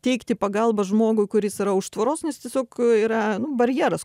teikti pagalbą žmogui kuris yra už tvoros nes tiesiog yra barjeras